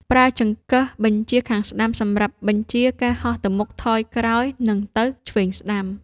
ប្រើចង្កឹះបញ្ជាខាងស្តាំសម្រាប់បញ្ជាការហោះទៅមុខ ថយក្រោយ និងទៅឆ្វេងស្ដាំ។